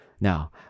Now